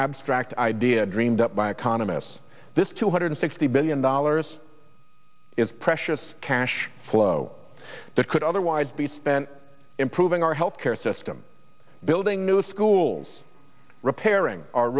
abstract idea dreamed up by economists this two hundred sixty billion dollars is precious cash flow that could otherwise be spent improving our health care system building new schools repairing our